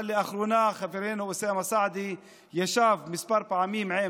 אבל לאחרונה חברנו אוסאמה סעדי ישב כמה פעמים עם